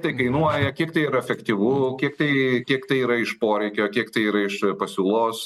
tai kainuoja kiek tai yra efektyvu kiek tai kiek tai yra iš poreikio kiek tai yra iš pasiūlos